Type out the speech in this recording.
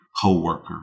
co-worker